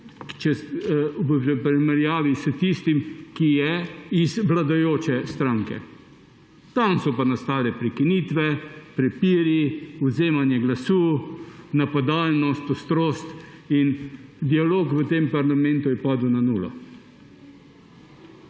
v primerjavi s tistim, ki je iz vladajoče stranke. Tam so pa nastale prekinitve, prepiri, odvzemanje glasu, napadalnost, ostrost in dialog je v tem parlamentu padel na nulo.